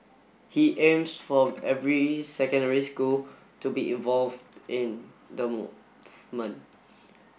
he aims for every secondary school to be involved in the movement